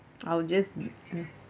I will just uh